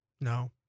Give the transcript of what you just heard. no